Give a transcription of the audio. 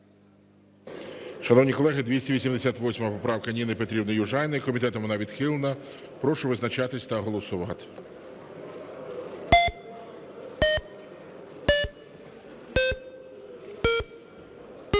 Шановні колеги, 341 поправка Ніни Петрівни Южаніної. Комітет її відхилив. Прошу визначатися та голосувати.